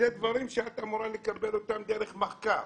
אלה דברים שאת אמורה לקבל אותם דרך מחקר.